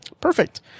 perfect